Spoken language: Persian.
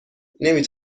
نمی